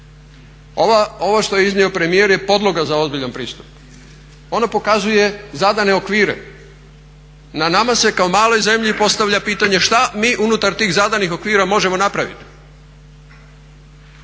Ovo što je iznio premijer je podloga za ozbiljan pristup. Ono pokazuje zadane okvire. Na nama se kao maloj zemlji postavlja pitanje šta mi unutar tih zadanih okvira možemo napraviti.